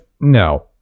no